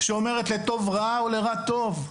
שאומרת לטוב רע או לרע טוב.